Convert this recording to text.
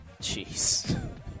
jeez